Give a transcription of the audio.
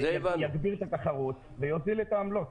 הוא יגדיל את התחרות ויוזיל את העמלות.